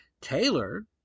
Taylor